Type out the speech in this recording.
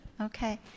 Okay